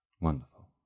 Wonderful